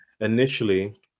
initially